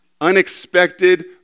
unexpected